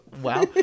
wow